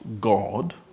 God